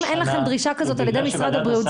אם אין לכם דרישה כזאת על ידי משרד הבריאות,